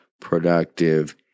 productive